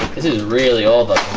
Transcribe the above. this is really although